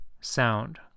sound